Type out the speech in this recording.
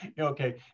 okay